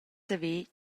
saver